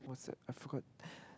what's that I forgot